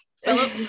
Philip